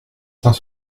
saint